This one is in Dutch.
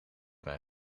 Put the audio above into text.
mij